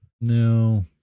No